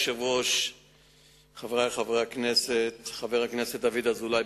שאלה נוספת, חבר הכנסת אזולאי.